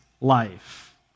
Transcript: life